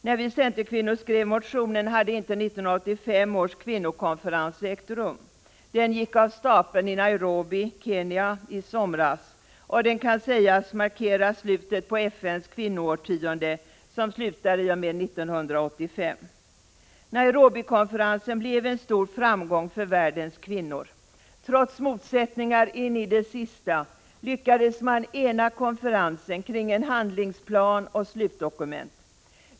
När vi centerkvinnor skrev motionen hade inte 1985 års kvinnokonferens ägt rum. Den gick av stapeln i Nairobi, Kenya, i somras och den kan sägas markera slutet på FN:s kvinnoårtionde som slutar i och med 1985. Nairobikonferensen blev en stor framgång för världens kvinnor. Trots motsättningar in i det sista lyckades man ena konferensen kring en handlingsplan och ett slutdokument.